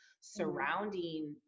surrounding